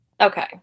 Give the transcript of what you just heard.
Okay